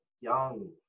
young